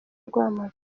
rwamagana